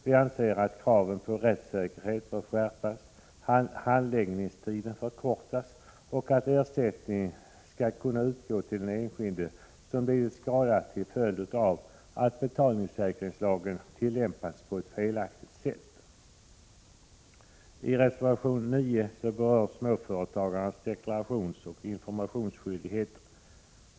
Vi anser att kraven på rättssäkerhet bör skärpas, att handläggningstiden bör förkortas och att ersättning bör kunna utgå till den enskilde som lidit skada till följd av att betalningssäkringslagen tillämpats på ett felaktigt sätt. I reservation 9 berörs småföretagarnas deklarationsoch informationsskyldigheter.